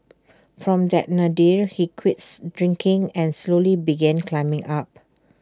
from that Nadir he quits drinking and slowly began climbing up